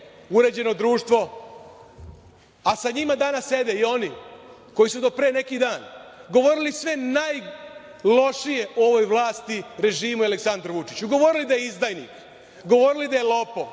uređeno društvo, a sa njima danas sede i oni koji su do pre neki dan govorili sve najlošije o ovoj vlasti, režimu i Aleksandru Vučiću, govorili da je izdajnik, govorili da je lopov,